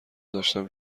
داشتم